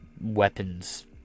weapons